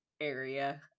area